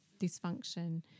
dysfunction